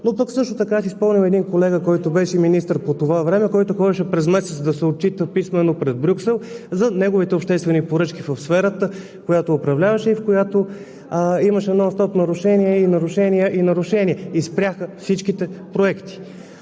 Но пък също така си спомням един колега, който беше министър по това време и ходеше през месец да се отчита писмено пред Брюксел за неговите обществени поръчки в сферата, която управляваше и в която имаше нонстоп нарушения, и нарушения, и нарушения, и спряха всичките проекти.